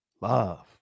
love